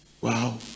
Wow